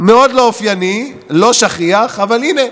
מאוד לא אופייני, לא שכיח, אבל הינה,